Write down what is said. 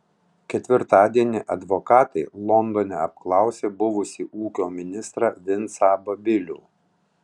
ketvirtadienį advokatai londone apklausė buvusį ūkio ministrą vincą babilių